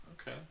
Okay